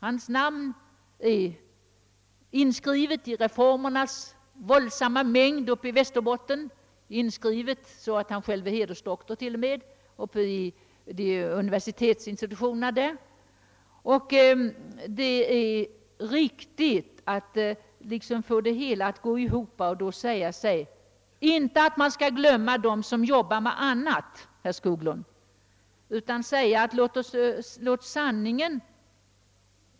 Hans namn är inskrivet i reformernas stora mängd uppe i Västerbotten — t.o.m. inskrivet så att han själv är hedersdoktor vid en av universitetsinstitutionerna. Man får inte glömma dem, som arbetat med annat än statistik och forskning.